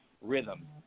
rhythm